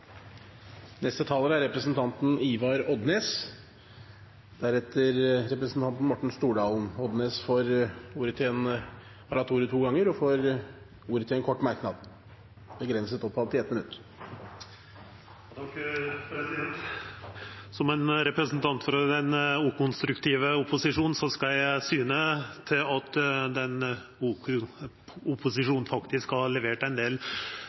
Representanten Ivar Odnes har hatt ordet to ganger tidligere og får ordet til en kort merknad, begrenset til 1 minutt. Som representant for den «ukonstruktive opposisjonen» skal eg syna til at opposisjonen faktisk har levert ein del